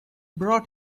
brought